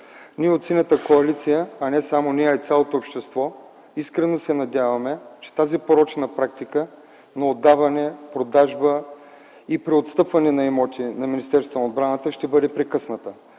Ние от Синята коалиция, не само ние, а и цялото общество, искрено се надяваме, че тази порочна практика на отдаване, продажба и преотстъпване на имоти на Министерството на отбраната ще бъде прекъсната.